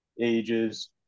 Ages